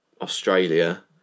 Australia